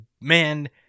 man